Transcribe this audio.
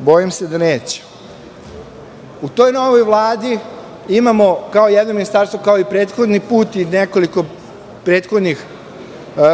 Bojim se da neće.U toj novoj Vladi imamo jedno ministarstvo, kao i prethodni put i nekoliko prethodnih